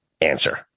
answer